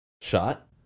shot